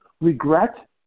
regret